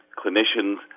clinicians